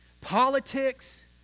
politics